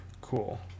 Cool